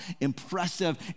impressive